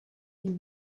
den